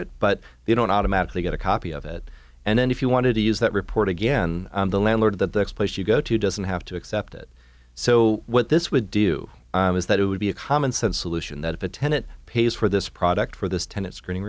it but they don't automatically get a copy of it and then if you wanted to use that report again the landlord that the next place you go to doesn't have to accept it so what this would do is that it would be a common sense solution that if a tenant pays for this product for this tenant screening